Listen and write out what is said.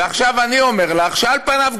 ועכשיו אני אומר לך שעל פניו,